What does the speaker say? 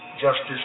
justice